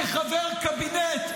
כחבר קבינט,